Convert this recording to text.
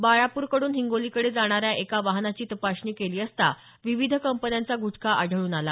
बाळापूरकडून हिंगोलीकडे जाणाऱ्या एका वाहनाची तपासणी केली असता विविध कंपन्यांचा गुटखा आढळून आला